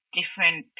different